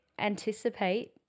anticipate